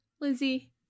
Lizzie